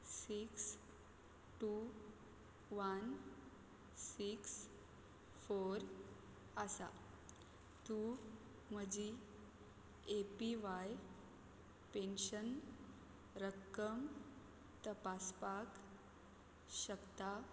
six two one six four आसा तूं म्हजी ए पी व्हाय पेन्शन रक्कम तपासपाक शकता